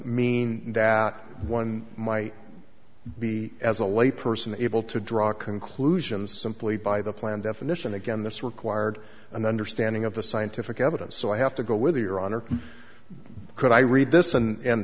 mean that one might be as a lay person able to draw conclusions simply by the plan definition again this required an understanding of the scientific evidence so i have to go with your honor could i read this and